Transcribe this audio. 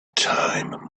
time